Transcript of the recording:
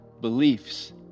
beliefs